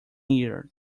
year